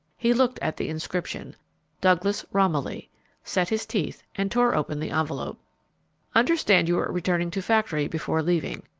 he looked at the inscription douglas romilly set his teeth and tore open the envelope understood you were returning to factory before leaving.